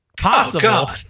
possible